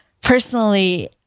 personally